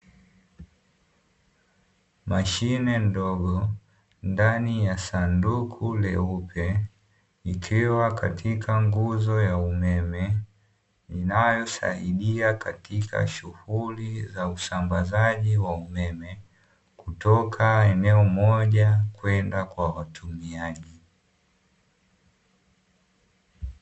Mashine ndogo ndani ya sanduku leupe likiwa katika nguzo ya umeme inayosaidia katika shughuli za usambaji wa umeme, kutoka eneo moja kwenda kwa watumiaji.